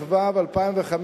התשס"ו 2005,